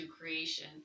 creation